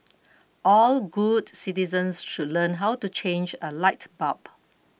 all good citizens should learn how to change a light bulb